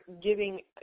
giving